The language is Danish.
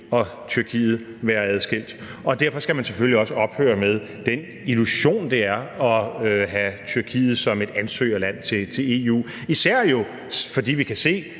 og Tyrkiet være adskilt, og derfor skal man selvfølgelig også ophøre med den illusion, det er at have Tyrkiet som et ansøgerland til EU, jo især fordi vi kan se,